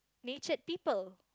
nature people